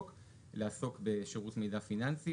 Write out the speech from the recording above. הצבעה סעיף 85(13) אושר מי בעד סעיף 14?